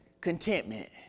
contentment